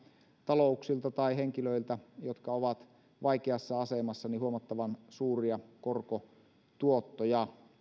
talouksilta tai henkilöiltä jotka ovat vaikeassa asemassa huomattavan suuria korkotuottoja